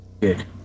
Good